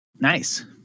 Nice